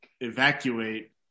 evacuate